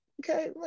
okay